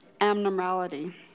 abnormality